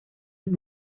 und